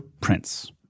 Prince